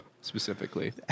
specifically